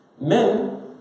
Men